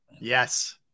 Yes